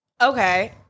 Okay